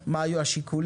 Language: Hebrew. מה היו השיקולים?